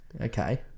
Okay